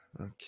Okay